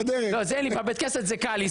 זה קל לי,